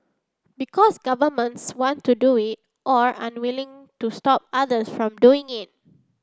because governments want to do it or are unwilling to stop others from doing it